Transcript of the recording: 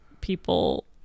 people